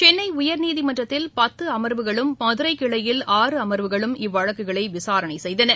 சென்னை உயர்நீமன்றத்தில் பத்து அமர்வுகளும் மதுரை கிளையில் ஆறு அமர்வுகளும் இவ்வழக்குகளை விசாரணை செய்து வருகின்றன